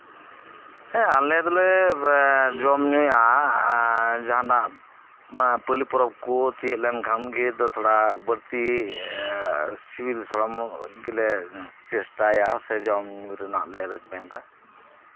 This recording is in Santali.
ᱦᱮᱸ ᱟᱞᱮ ᱫᱚᱞᱮ ᱡᱚᱢ ᱧᱩᱭᱟ ᱡᱟᱦᱟᱱᱟᱜ ᱯᱟᱞᱤ ᱯᱚᱨᱚᱵᱽ ᱠᱚ ᱛᱤᱭᱳᱜ ᱞᱮᱱᱷᱟᱱ ᱜᱮ ᱵᱟᱹᱲᱛᱤ ᱥᱤᱵᱤᱞ ᱥᱚᱲᱚᱢ ᱜᱮᱞᱮ ᱪᱮᱥᱴᱟᱭᱟ ᱡᱚᱢ ᱧᱩ ᱨᱮᱱᱟᱜ ᱞᱮ ᱨᱤᱯᱮᱱᱰᱟ